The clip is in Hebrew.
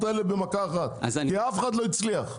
האלה במכה אחת כי אף אחת אחת לא הצליחה.